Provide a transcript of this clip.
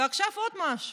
ועכשיו עוד משהו: